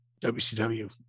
wcw